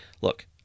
look